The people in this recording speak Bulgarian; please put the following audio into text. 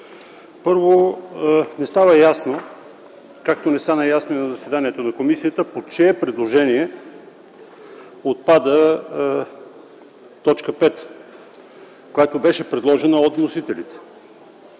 Първо, не става ясно, както не стана ясно и на заседанието на комисията, по чие предложение отпада т. 5, която беше предложена от вносителите.